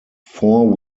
four